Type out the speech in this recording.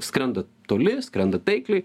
skrenda toli skrenda taikliai